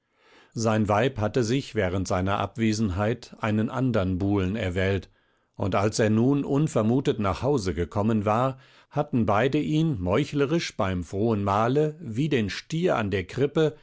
sein weib hatte sich während seiner abwesenheit einen andern buhlen erwählt und als er nun unvermutet nach hause gekommen war hatten beide ihn meuchlerisch beim frohen mahle wie den stier an der krippe